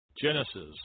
Genesis